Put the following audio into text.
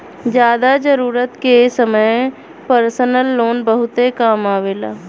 जादा जरूरत के समय परसनल लोन बहुते काम आवेला